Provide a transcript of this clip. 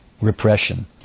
repression